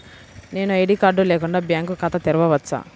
నేను ID card లేకుండా bank ఖాతా తెరవచ్చా?